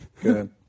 good